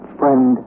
friend